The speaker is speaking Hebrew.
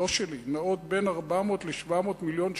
לא שלי, נעות בין 400 ל-700 מיליון שקל.